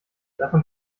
davon